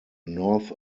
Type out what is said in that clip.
north